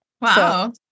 Wow